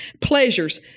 Pleasures